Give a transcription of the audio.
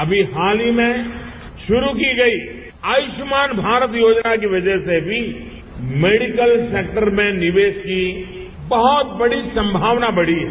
अभी हाल ही में शुरू की गई आयुष्मान भारत योजना की वजह से भी मेडिकल सेक्टर में निवेश की बहत बेड़ी संभावना बढ़ी है